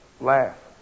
laugh